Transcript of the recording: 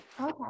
Okay